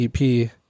EP